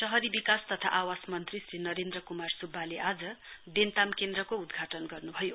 शहरी विकास तथा आवास मन्त्री श्री नरेन्द्र कुमार सुब्बाले आज देन्ताम केन्द्रको उद्घाटन गर्नुभयो